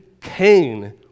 Cain